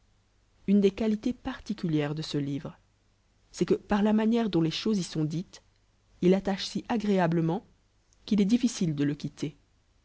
une des quaplai particulières de al liwte'l c'est que par la manière dont les choees t sont dita i il attache ci agréablement q ij est difficile de le quitter